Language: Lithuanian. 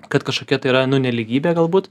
kad kažkokia tai yra nu nelygybė galbūt